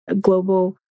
global